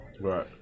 Right